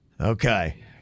Okay